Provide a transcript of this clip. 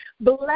Bless